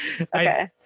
Okay